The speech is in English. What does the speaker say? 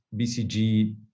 BCG